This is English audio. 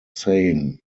saying